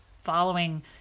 following